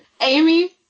Amy